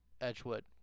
Edgewood